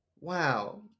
Wow